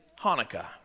Hanukkah